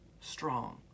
strong